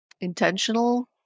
intentional